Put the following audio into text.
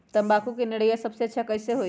तम्बाकू के निरैया सबसे अच्छा कई से होई?